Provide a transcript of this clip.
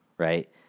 right